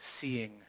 seeing